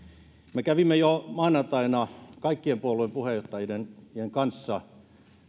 me kävimme jo maanantaina kaikkien puolueiden puheenjohtajien kanssa